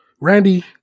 Randy